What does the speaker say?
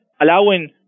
allowing